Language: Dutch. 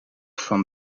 van